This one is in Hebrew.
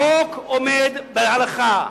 החוק עומד בהלכה,